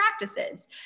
practices